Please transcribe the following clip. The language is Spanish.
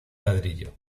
ladrillo